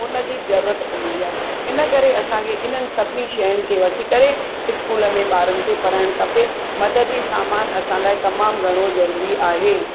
उन जी बि ज़रूरत पवंदी आहे इन करे असांखे हिननि सभिनी शयुनि खे वठी करे स्कूलनि में ॿारनि खे पढ़ाइणु खपे मददी सामान असां लाइ तमामु घणो ज़रूरी आहे